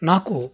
నాకు